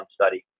study